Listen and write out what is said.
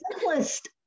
simplest